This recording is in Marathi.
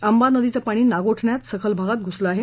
आंबा नदीचं पाणी नागोठाण्यात सखल भागात घुसलं आहे